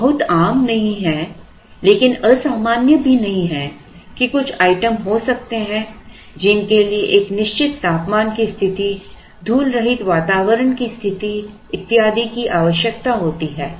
ये बहुत आम नहीं हैं लेकिन असामान्य भी नहीं हैं कि कुछ आइटम हो सकते हैं जिनके लिए एक निश्चित तापमान की स्थिति धूल रहित वातावरण की स्थिति इत्यादि की आवश्यकता होती है